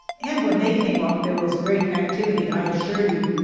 and when they came up there was great activity, i assure you.